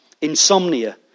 Insomnia